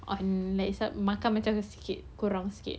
on let's say makan macam sikit sikit kurang sikit